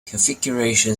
configuration